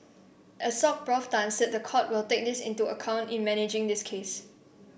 Assoc Professor Tan said the court will take this into account in managing this case